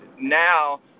now